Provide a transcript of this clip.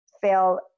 fail